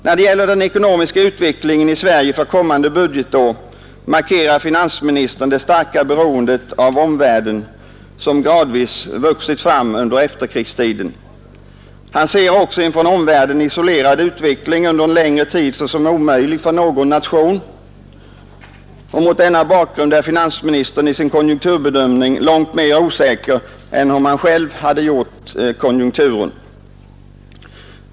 När det gäller den ekonomiska utvecklingen i Sverige för kommande budgetår markerar finansministern det starka beroendet av omvärlden, som gradvis vuxit fram under efterkrigstiden. Han ser också en från omvärlden isolerad utveckling under en längre tid såsom omöjlig för någon nation. Mot denna bakgrund är finansministern i sin konjunkturbedömning långt mera osäker än om han själv hade gjort konjunkturen.